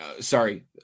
sorry